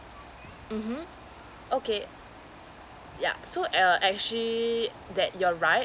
mm okay yeah so uh actually that you're right